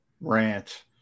rant